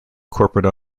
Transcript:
corporate